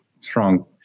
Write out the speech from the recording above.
strong